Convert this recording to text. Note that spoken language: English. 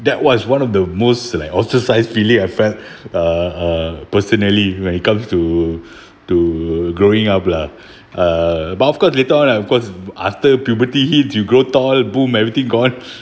that was one of the most like ostracize feeling I felt uh uh personally when it comes to to growing up lah uh but of course later on I of course after puberty hit you grow tall boom everything gone